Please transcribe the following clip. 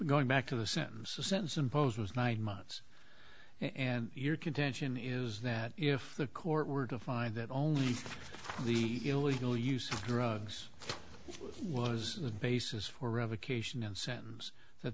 going back to the sentence since imposed was nine months and your contention is that if the court were to find that only the illegal use of drugs was the basis for revocation and sentence that